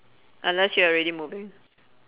unless you're already moving